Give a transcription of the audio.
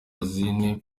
rosine